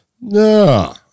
No